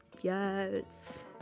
Yes